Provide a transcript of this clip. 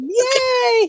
yay